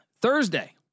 Thursday